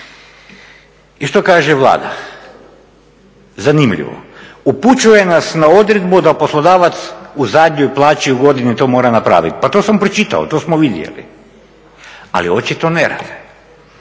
I što kaže Vlada? Zanimljivo, upućuje nas na odredbu da poslodavac u zadnjoj plaći u godini to mora napravit. Pa to sam pročitao, to smo vidjeli, ali očito ne rade.